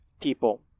people